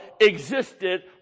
existed